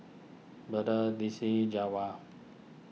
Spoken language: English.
Betha Destinee Jawar